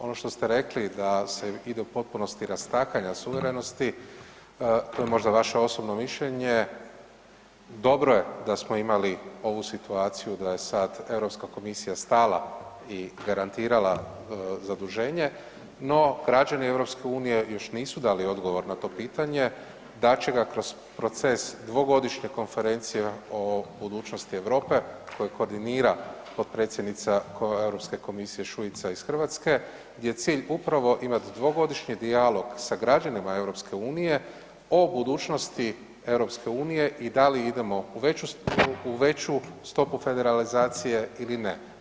Ono što ste rekli da se ide u potpunosti rastakanja suverenosti to je možda vaše osobno mišljenje, dobro je da smo imali ovu situaciju da je sad Europska komisija stala i garantirala zaduženje, no građani EU još nisu dali odgovor na to pitanje dat će ga kroz proces dvogodišnje konferencije o budućnosti Europe koje koordinira potpredsjednica Europske komisije Šuica iz Hrvatske gdje je cilj upravo imati dvogodišnji dijalog sa građanima EU o budućnosti EU i da li idemo u veću stopu federalizacije ili ne.